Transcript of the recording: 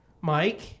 Mike